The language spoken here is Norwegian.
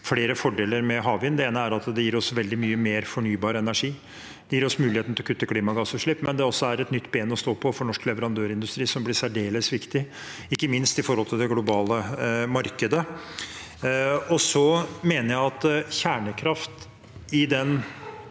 Det ene er at det gir oss veldig mye mer fornybar energi. Det gir oss muligheten til å kutte klimagassutslipp, men det er også et nytt ben å stå på for norsk leverandørindustri som blir særdeles viktig, ikke minst med tanke på det globale markedet. Jeg mener at kjernekraft, med